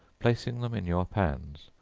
placing them in your pans,